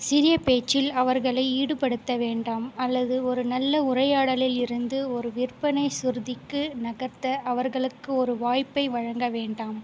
சிறிய பேச்சில் அவர்களை ஈடுபடுத்த வேண்டாம் அல்லது ஒரு நல்ல உரையாடலிலிருந்து ஒரு விற்பனை சுருதிக்கு நகர்த்த அவர்களுக்கு ஒரு வாய்ப்பை வழங்க வேண்டாம்